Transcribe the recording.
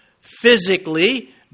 physically